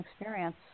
experience